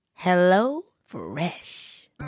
HelloFresh